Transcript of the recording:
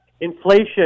inflation